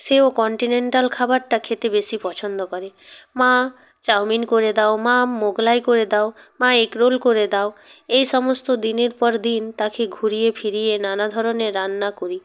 সেও কন্টিনেন্টাল খাবারটা খেতে বেশি পছন্দ করে মা চাউমিন করে দাও মা মোগলাই করে দাও মা এগরোল করে দাও এই সমস্ত দিনের পর দিন তাকে ঘুরিয়ে ফিরিয়ে নানা ধরনের রান্না করি